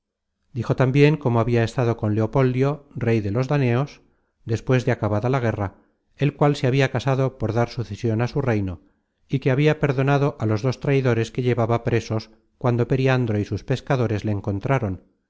dijo tambien como habia estado con leopoldio rey de los daneos despues de acabada la guerra el cual se habia casado por dar sucesion á su reino y que habia perdonado a los dos traidores que llevaba presos cuando periandro y sus pescadores le encontraron